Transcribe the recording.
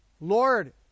Lord